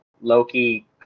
Loki